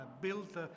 built